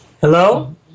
Hello